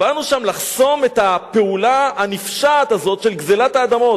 באנו שם לחסום את הפעולה הנפשעת הזאת של גזלת האדמות.